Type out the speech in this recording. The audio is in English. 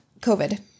COVID